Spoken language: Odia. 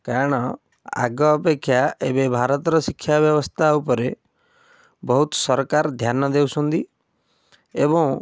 କାରଣ ଆଗ ଅପେକ୍ଷା ଏବେ ଭାରତର ଶିକ୍ଷା ବ୍ୟବସ୍ଥା ଉପରେ ବହୁତ ସରକାର ଧ୍ୟାନ ଦେଉଛନ୍ତି ଏବଂ